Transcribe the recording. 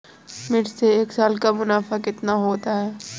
मिर्च से एक साल का मुनाफा कितना होता है?